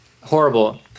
Horrible